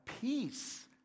peace